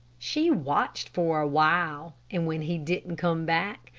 she watched for a while, and when he didn't come back,